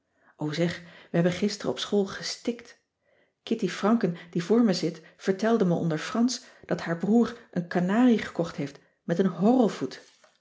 zeg we hebben gisteren op school gestkt kitty francken die voor me zit vertelde me onder fransch dat haar broer een kanarie gekocht heeft met een horrelvoet